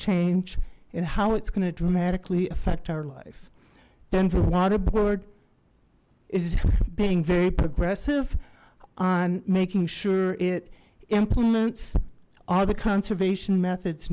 change and how it's going to dramatically affect our life denver water board is being very progressive on making sure it implements all the conservation methods